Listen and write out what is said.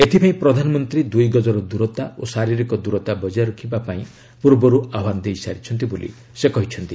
ଏଥିପାଇଁ ପ୍ରଧାନମନ୍ତ୍ରୀ ଦୁଇ ଗଜର ଦୂରତା ଓ ଶାରୀରିକ ଦୂରତା ବଜାୟ ରଖିବା ପାଇଁ ପୂର୍ବରୁ ଆହ୍ୱାନ ଦେଇସାରିଛନ୍ତି ବୋଲି ସେ କହିଛନ୍ତି